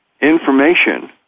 information